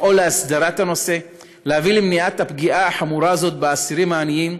לפעול להסדרת הנושא ולהביא למניעת הפגיעה החמורה הזאת באסירים העניים.